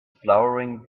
flowering